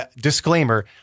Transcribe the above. Disclaimer